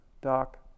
Doc